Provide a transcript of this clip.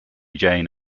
jane